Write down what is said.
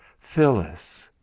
Phyllis